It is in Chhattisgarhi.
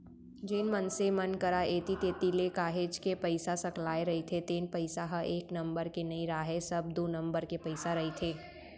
जेन मनसे मन करा ऐती तेती ले काहेच के पइसा सकलाय रहिथे तेन पइसा ह एक नंबर के नइ राहय सब दू नंबर के पइसा रहिथे